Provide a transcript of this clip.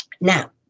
Now